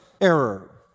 error